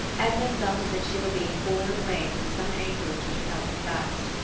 edna felt as if she were being borne away from some anchorage which had held her fast,